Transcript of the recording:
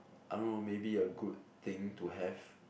I don't know maybe a good thing to have